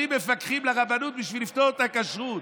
מפקחים לרבנות בשביל לפתור את הכשרות.